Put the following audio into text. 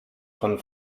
von